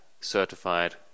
certified